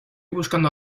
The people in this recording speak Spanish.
buscando